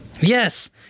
Yes